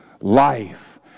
life